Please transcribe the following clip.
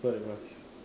fried rice